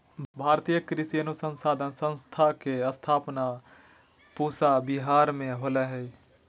भारतीय कृषि अनुसंधान संस्थान के स्थापना पूसा विहार मे होलय हल